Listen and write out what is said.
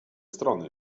strony